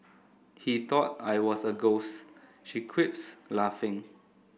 he thought I was a ghost she quips laughing